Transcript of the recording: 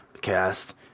cast